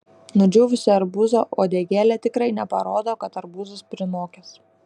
nudžiūvusi arbūzo uodegėlė tikrai neparodo kad arbūzas prinokęs